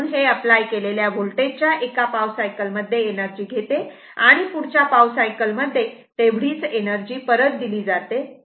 म्हणून हे अप्लाय केलेल्या व्होल्टेज च्या एका पाव सायकल मध्ये एनर्जी घेते आणि पुढच्या पाव सायकल मध्ये तेवढीच एनर्जी परत दिली जाते